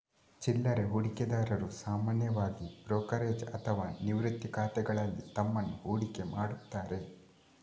ಚಿಲ್ಲರೆ ಹೂಡಿಕೆದಾರರು ಸಾಮಾನ್ಯವಾಗಿ ಬ್ರೋಕರೇಜ್ ಅಥವಾ ನಿವೃತ್ತಿ ಖಾತೆಗಳಲ್ಲಿ ತಮ್ಮನ್ನು ಹೂಡಿಕೆ ಮಾಡುತ್ತಾರೆ